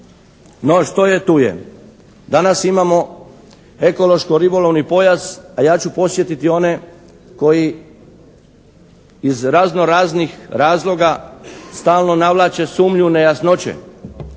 No, što je tu je. Danas imamo ekološko-ribolovni pojas a ja ću podsjetiti one koji iz razno raznih razloga stalno navlače sumnju u nejasnoće